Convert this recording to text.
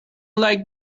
like